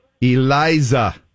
Eliza